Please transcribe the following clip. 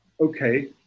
Okay